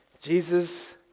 Jesus